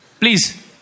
Please